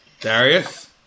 Darius